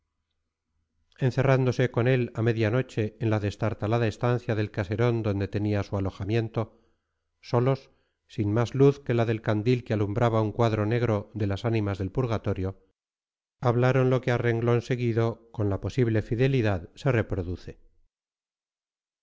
encerrándose con él a media noche en la destartalada estancia del caserón donde tenía su alojamiento solos sin más luz que la del candil que alumbraba un cuadro negro de las ánimas del purgatorio hablaron lo que a renglón seguido con la posible fidelidad se reproduce